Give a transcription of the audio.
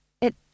it